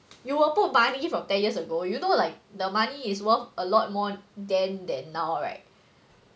you will put money from ten years ago you know like the money is worth a lot more then than now right